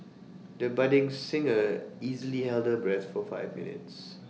the budding singer easily held her breath for five minutes